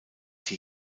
die